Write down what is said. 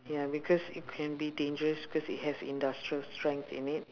ya because it can be dangerous because it has industrial strength in it